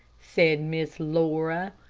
said miss laura.